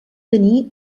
tenir